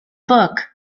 book